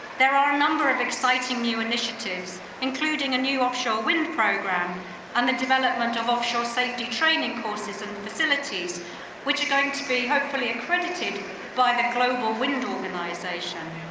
there are a number of exciting new initiatives including a new offshore wind program and the development of offshore safety training courses and facilities which are going to be hopefully accredited by the global wind organization.